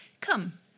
Come